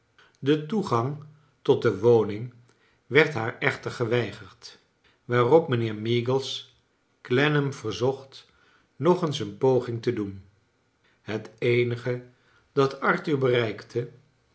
de toegang tot de woning werd haar echter geweigerd waarop mijnheer meagles clennam rerzocht nog eens een poging te doen het eenige dat arthur bereikte